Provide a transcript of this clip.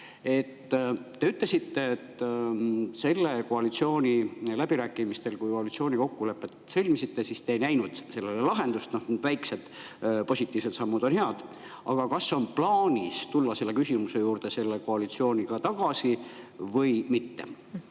Te ütlesite, et selle koalitsiooni läbirääkimistel, kui koalitsioonikokkulepet sõlmisite, te ei näinud sellele lahendust. No need väikesed positiivsed sammud on head, aga kas on plaanis tulla selle koalitsiooniga selle küsimuse juurde tagasi või mitte?